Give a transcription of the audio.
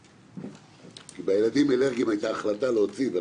לגבי הילדים האלרגיים הייתה החלטה להוציא.